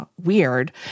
Weird